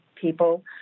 people